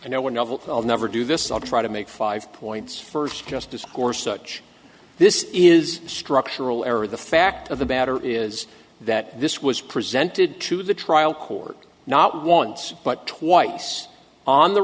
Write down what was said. i'll never do this i'll try to make five points first just to score such this is structural error the fact of the matter is that this was presented to the trial court not once but twice on the